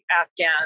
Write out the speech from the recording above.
Afghan